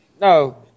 no